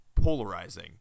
Polarizing